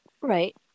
right